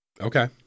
Okay